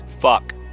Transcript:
Fuck